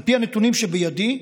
על פי הנתונים שבידי,